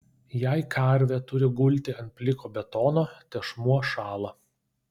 jei karvė turi gulti ant pliko betono tešmuo šąla